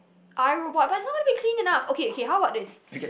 iRobot but it's not gonna be clean enough okay okay how about this